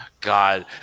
God